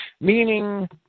meaning